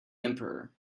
emperor